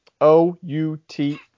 O-U-T